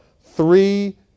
three